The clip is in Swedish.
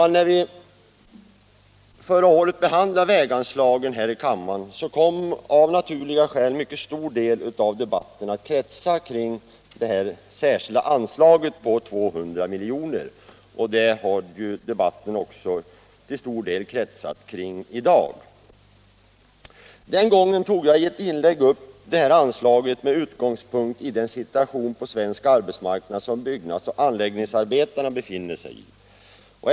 När vi förra året behandlade väganslagen, kom av naturliga skäl en mycket stor del av debatten att kretsa kring anslaget på 200 milj.kr., och så har det också varit i dag. Vid det tillfället förra året tog jag i ett inlägg upp detta anslag med utgångspunkt i den situation på svensk arbetsmarknad som byggnads och anläggningsarbetarna befinner sig i.